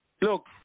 Look